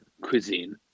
cuisine